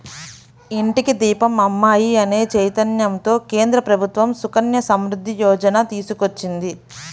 ఇంటికి దీపం అమ్మాయి అనే చైతన్యంతో కేంద్ర ప్రభుత్వం సుకన్య సమృద్ధి యోజన తీసుకొచ్చింది